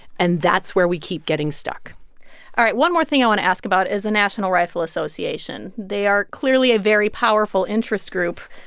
and that's where we keep getting stuck all right. one more thing i want to ask about is the national rifle association. they are clearly a very powerful interest group.